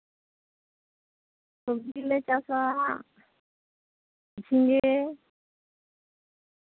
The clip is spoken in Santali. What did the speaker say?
ᱥᱚᱵᱡᱤ ᱫᱚᱞᱮ ᱪᱟᱥᱟ ᱡᱷᱤᱝᱮ